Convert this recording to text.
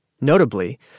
Notably